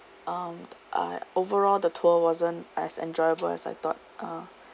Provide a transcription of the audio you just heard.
um I overall the tour wasn't as enjoyable as I thought uh